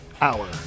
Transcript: Hour